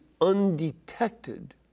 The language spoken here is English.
undetected